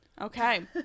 Okay